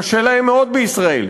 קשה להם מאוד בישראל.